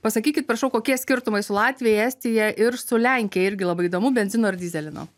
pasakykit prašau kokie skirtumai su latvija estija ir su lenkija irgi labai įdomu benzino ir dyzelino